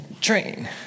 train